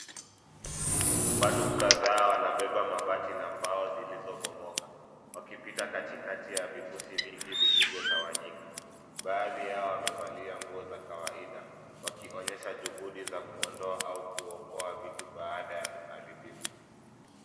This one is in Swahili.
Watu kadhaa wanabeba mabati na mbao zilizobomoka wakipita katikati ya vifusi vingi vilivyotawanyika. Baadhi yao wamevalia nguo za kawaida wakionyesha juhudi za kuondoa au kuokoa vitu baada ya uharibifu.